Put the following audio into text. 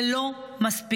זה לא מספיק,